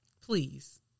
Please